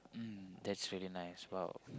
mm that's really nice !wow!